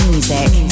Music